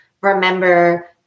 remember